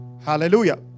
Hallelujah